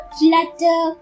flutter